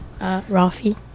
Rafi